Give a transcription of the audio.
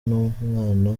n’umwana